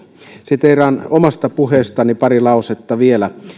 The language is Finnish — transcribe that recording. siteeraan vielä omasta puheestani paria lausetta